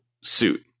suit